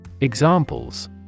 Examples